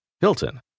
Hilton